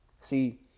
See